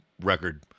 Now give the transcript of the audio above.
record